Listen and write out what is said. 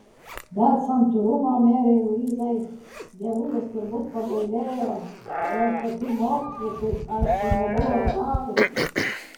bet santūrumo merei luizai dievulis turbūt pagailėjo o ir tokių mokslų kaip aš ji nebuvo ragavusi